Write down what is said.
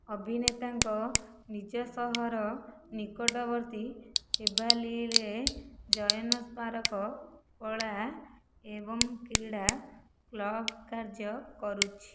ଅଭିନେତାଙ୍କ ନିଜ ସହର ନିକଟବର୍ତ୍ତୀ ଥେଭାଲିରେ ଜୟନ୍ ସ୍ମାରକ କଳା ଏବଂ କ୍ରୀଡ଼ା କ୍ଲବ କାର୍ଯ୍ୟ କରୁଛି